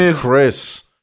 Chris